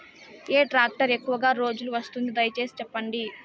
ఏ tractor ఎక్కువగా రోజులు వస్తుంది, దయసేసి చెప్పండి?